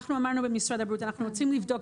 אנחנו אמרנו במשרד הבריאות שאנחנו רוצים לבדוק.